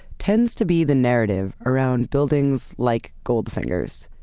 tends to be the narrative around buildings like goldfinger's,